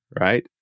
right